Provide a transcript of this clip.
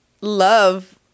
love